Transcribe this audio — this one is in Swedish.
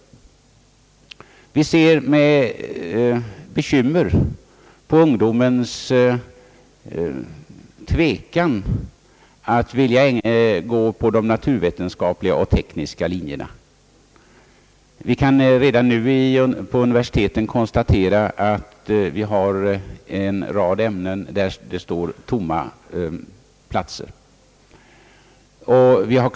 Vi ser med bekymmer på ungdomens tvekan att vilja gå på de naturvetenskapliga och tekniska linjerna. Vi kan redan nu på universiteten konstatera att det står tomma platser i en rad ämnen.